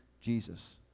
Jesus